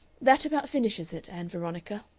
that about finishes it, ann veronica!